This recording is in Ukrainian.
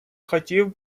хотів